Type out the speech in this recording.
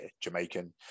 Jamaican